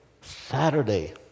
Saturday